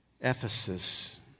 Ephesus